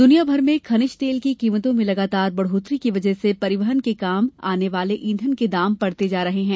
दुनिया भर में खनिज तेल की कीमतों में लगातार बढ़ोतरी की वजह से परिवहन के काम आने वाले ईंधन के दाम बढ़ते जा रहे हैं